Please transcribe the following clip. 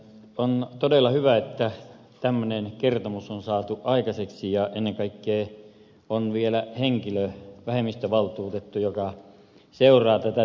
on todella hyvä että tämmöinen kertomus on saatu aikaiseksi ja ennen kaikkea on vielä henkilö vähemmistövaltuutettu joka seuraa tätä tilannetta